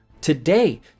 Today